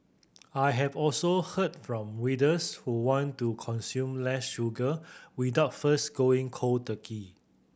I have also heard from readers who want to consume less sugar without first going cold turkey